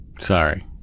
Sorry